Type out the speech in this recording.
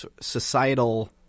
societal